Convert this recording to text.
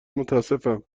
متاسفم